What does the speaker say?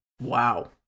Wow